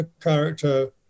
character